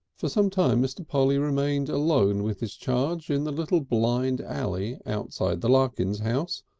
for some time mr. polly remained alone with his charge in the little blind alley outside the larkins' house,